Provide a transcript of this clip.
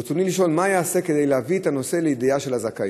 ברצוני לשאול: מה ייעשה כדי להביא את הנושא לידיעה של הזכאים?